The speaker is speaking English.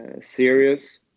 serious